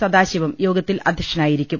സദാശിവം യോഗത്തിൽ അധ്യക്ഷനായി രിക്കും